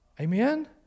Amen